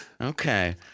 Okay